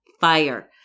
fire